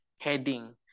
heading